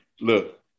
look